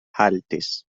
haltis